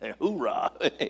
hoorah